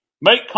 Make